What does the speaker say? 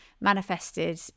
manifested